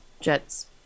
Jets